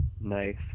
nice